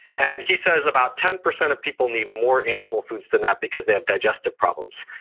and he says about ten percent of people need more animal foods than that, because they have digestive problems.